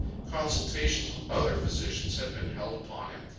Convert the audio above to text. consultations with other physicians had been held upon him.